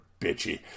bitchy